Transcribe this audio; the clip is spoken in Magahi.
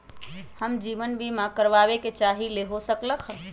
हम जीवन बीमा कारवाबे के चाहईले, हो सकलक ह?